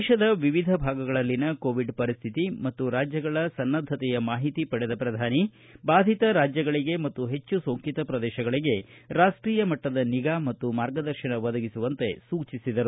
ದೇಶದ ವಿವಿಧ ಭಾಗಗಳಲ್ಲಿನ ಕೋವಿಡ್ ಪರಿಶ್ಠಿತಿ ಮತ್ತು ರಾಜ್ಯಗಳ ಸನ್ನದ್ಧತೆಯ ಮಾಹಿತಿ ಪಡೆದ ಪ್ರಧಾನಿ ಬಾಧಿತ ರಾಜ್ಯಗಳಿಗೆ ಮತ್ತು ಹೆಚ್ಚು ಸೋಂಕಿತ ಪ್ರದೇಶಗಳಿಗೆ ರಾಷ್ಟೀಯ ಮಟ್ಟದ ನಿಗಾ ಮತ್ತು ಮಾರ್ಗದರ್ಶನ ಒದಗಿಸುವಂತೆ ನರೇಂದ್ರ ಮೋದಿ ಸೂಚಿಸಿದರು